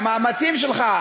והמאמצים שלך בתחום